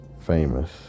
famous